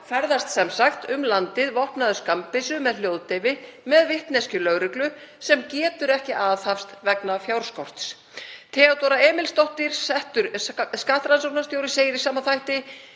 ferðast sem sagt um landið vopnaður skammbyssu með hljóðdeyfi með vitneskju lögreglu sem getur ekki aðhafst vegna fjárskorts. Theodóra Emilsdóttir, settur skattrannsóknarstjóri, segir í sama þætti